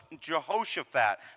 Jehoshaphat